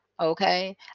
okay